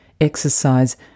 exercise